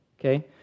Okay